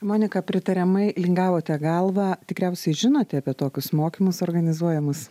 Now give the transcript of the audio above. monika pritariamai lingavot galvą tikriausiai žinote apie tokius mokymus organizuojamus